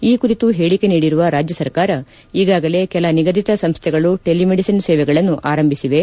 ಈ ಕುರಿತು ಹೇಳಿಕೆ ನೀಡಿರುವ ರಾಜ್ಯ ಸರ್ಕಾರ ಈಗಾಗಲೇ ಕೆಲ ನಿಗದಿತ ಸಂಸ್ಟೆಗಳು ಟೆಲಿಮೆಡಿಷನ್ ಸೇವೆಗಳನ್ನು ಆರಂಭಿಸಿವೆ